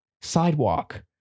Sidewalk